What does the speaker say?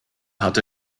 hatte